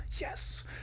yes